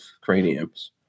craniums